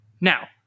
Now